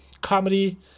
comedy